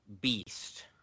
Beast